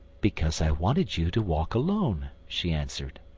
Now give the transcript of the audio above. because i wanted you to walk alone, she answered.